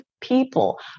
people